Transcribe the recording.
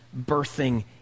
birthing